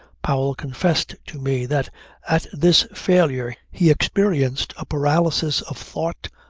powell confessed to me that at this failure he experienced a paralysis of thought,